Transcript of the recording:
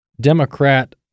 Democrat